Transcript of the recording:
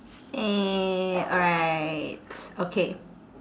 eh alright okay